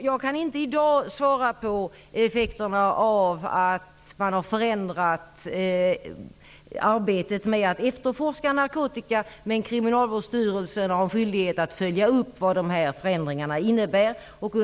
Jag kan inte i dag svara för effekterna av att man har förändrat arbetet med att efterforska narkotika, men Kriminalvårdsstyrelsen har skyldighet att följa upp vad dessa förändringar innebär.